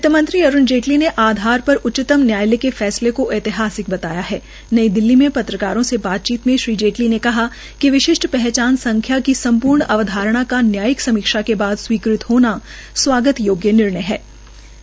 वित्तमंत्री अरूण जेटली ने आधार के उच्चतम न्यायालय के फैसले को ऐतिहासिक बताया है नई दिल्ली मे पत्रकारों से बातचीत में श्री जेटली ने कहा कि विशिष्ट पहचान संख्या की सम्पर्ण अवधारणा का न्यायिक समीक्षा के बाद स्वीकृत होना स्वागत योग्य निर्णयहै